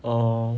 orh